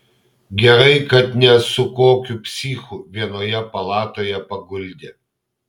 gerai kad ne su kokiu psichu vienoje palatoje paguldė